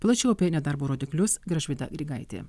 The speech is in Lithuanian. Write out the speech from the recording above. plačiau apie nedarbo rodiklius gražvyda grigaitė